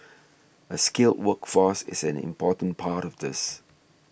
a skilled workforce is an important part of this